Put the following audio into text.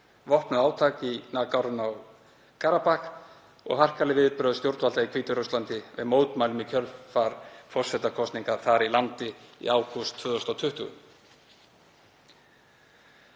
vopnuð átök í Nagorno-Karabakh og harkaleg viðbrögð stjórnvalda í Hvíta-Rússlandi við mótmælum í kjölfar forsetakosninga þar í landi í ágúst 2020.